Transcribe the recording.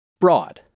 Broad